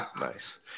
Nice